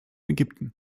ägypten